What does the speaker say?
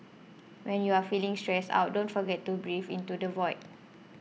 when you are feeling stressed out don't forget to breathe into the void